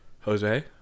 Jose